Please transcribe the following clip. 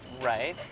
Right